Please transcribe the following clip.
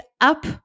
up